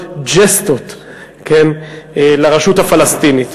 "ג'סטות" לרשות הפלסטינית.